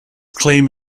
claim